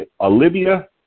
Olivia